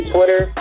Twitter